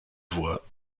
voies